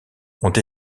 ont